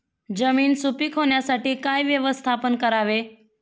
जमीन सुपीक होण्यासाठी काय व्यवस्थापन करावे?